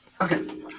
Okay